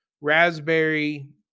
Raspberry